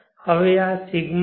હવે આ ρ છે